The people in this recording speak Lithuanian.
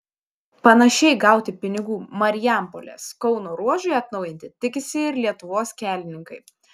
panašiai gauti pinigų marijampolės kauno ruožui atnaujinti tikisi ir lietuvos kelininkai